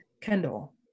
Kendall